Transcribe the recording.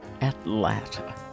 Atlanta